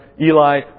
Eli